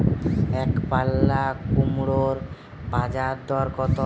একপাল্লা কুমড়োর বাজার দর কত?